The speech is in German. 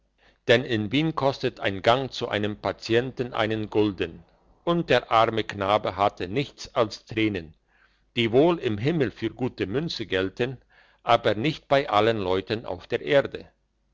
denn in wien kostet ein gang zu einem patienten einen gulden und der arme knabe hatte nichts als tränen die wohl im himmel für gute münze gelten aber nicht bei allen leuten auf der erde